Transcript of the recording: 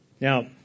Now